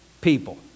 people